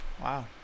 Wow